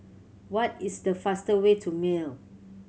what is the fastest way to Male